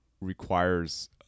requires